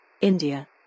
India